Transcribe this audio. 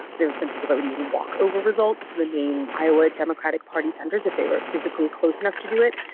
there's some people that would even walk over results to the main iowa democratic party centers if they were physically close enough to do it.